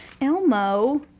Elmo